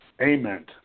Amen